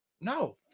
No